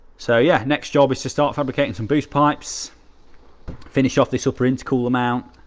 so yeah next job is to start fabricating some boost pipes finish off this upper intercooler mount.